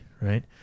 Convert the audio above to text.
right